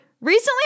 recently